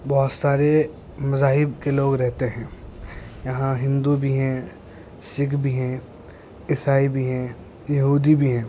بہت سارے مذاہب کے لوگ رہتے ہیں یہاں ہندو بھی ہیں سکھ بھی ہیں عیسائی بھی ہیں یہودی بھی ہیں